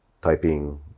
typing